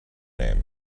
name